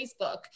Facebook